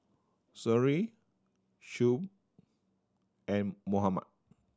Seri Shuib and Muhammad